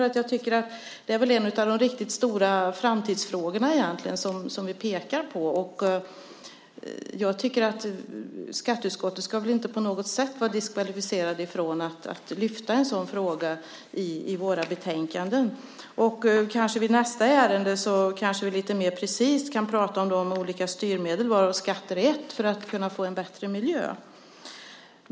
Det är en av de riktigt stora framtidsfrågorna som vi pekar på. Skatteutskottet ska inte på något sätt vara diskvalificerat från att lyfta upp en sådan fråga i våra betänkanden. Vi kan kanske i nästa ärende prata mer precist om de olika styrmedlen, varav skatter är ett, för att få en bättre miljö.